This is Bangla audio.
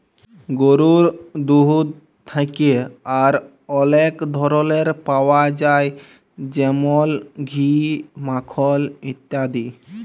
গরুর দুহুদ থ্যাকে আর অলেক ধরলের পাউয়া যায় যেমল ঘি, মাখল ইত্যাদি